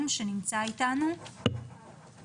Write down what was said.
ועד ראשי האוניברסיטאות שנמצא אתנו ב-זום,